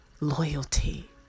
loyalty